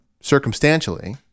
circumstantially